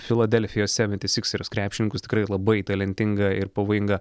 filadelfijos seventisiksers krepšininkus tikrai labai talentinga ir pavojinga